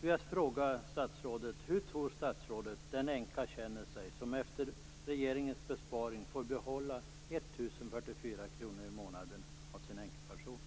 Jag skulle vilja fråga statsrådet hur hon tror att den änka känner sig som efter regeringens besparing får behålla 1 044 kr i månaden av sin änkepension.